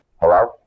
Hello